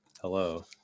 Hello